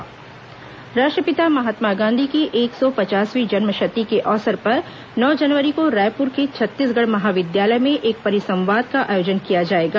परिसंवाद राष्ट्रपिता महात्मा गांधी की एक सौ पचासवीं जन्मशती के अवसर पर नौ जनवरी को रायपुर के छत्तीसगढ़ महाविद्यालय में एक परिसंवाद का आयोजन किया जाएगा